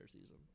season